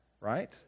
right